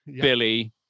Billy